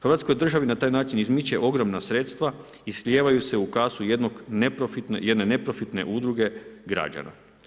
Hrvatskoj državi na taj način izmiče ogromna sredstva i slijevaju se u kasu jedne neprofitne udruge građana.